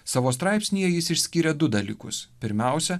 savo straipsnyje jis išskyrė du dalykus pirmiausia